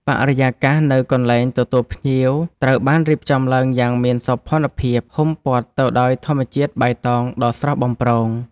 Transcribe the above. បរិយាកាសនៅកន្លែងទទួលភ្ញៀវត្រូវបានរៀបចំឡើងយ៉ាងមានសោភ័ណភាព ហ៊ុមព័ទ្ធទៅដោយធម្មជាតិបៃតងដ៏ស្រស់បំព្រង។